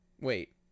wait